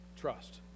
Trust